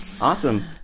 Awesome